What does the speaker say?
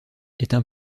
est